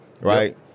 right